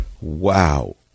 wow